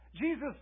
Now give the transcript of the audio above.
Jesus